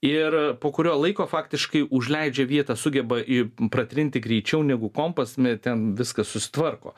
ir po kurio laiko faktiškai užleidžia vietą sugeba į pratrinti greičiau negu kompas me ten viskas susitvarko